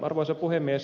arvoisa puhemies